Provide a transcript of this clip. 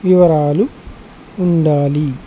వివరాలు ఉండాలి